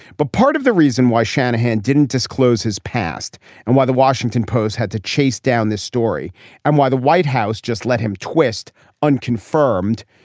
but part of the reason why shanahan didn't disclose his past and why the washington post had to chase down this story and why the white house just let him twist unconfirmed.